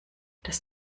das